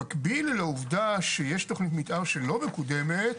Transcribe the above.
במקביל אל העובדה שיש תכנית מתאר שלא מקודמת,